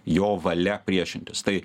jo valia priešintis tai